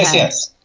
yes, yes.